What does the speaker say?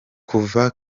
kuva